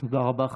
תודה רבה.